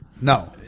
No